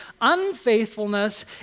Unfaithfulness